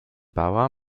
bauer